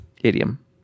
Idiom